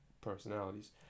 personalities